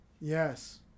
Yes